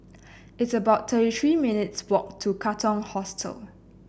it's about thirty three minutes' walk to Katong Hostel